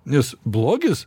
nes blogis